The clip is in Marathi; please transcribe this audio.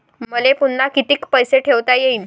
मले पुन्हा कितीक पैसे ठेवता येईन?